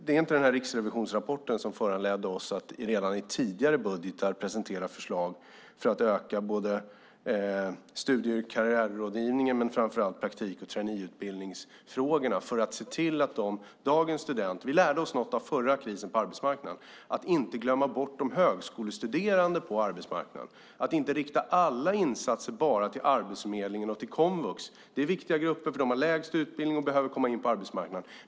Det är inte riksrevisionsrapporten som föranledde oss att redan i tidigare budgetar presentera förslag för att både öka studie och karriärrådgivning och framför allt fokusera på praktik och traineefrågorna. Vi lärde under den förra krisen på arbetsmarknaden att inte glömma bort de högskolestuderande på arbetsmarknaden och inte rikta alla insatser bara till Arbetsförmedlingen och komvux. Det är viktiga grupper det rör sig om där, eftersom de har lägst utbildning och behöver komma ut på arbetsmarknaden.